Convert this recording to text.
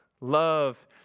Love